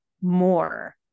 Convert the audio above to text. more